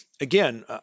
again